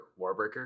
warbreaker